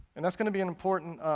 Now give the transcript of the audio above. and that's going to be an important